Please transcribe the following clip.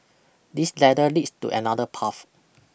this ladder leads to another path